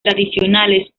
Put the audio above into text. tradicionales